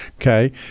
okay